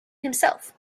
himself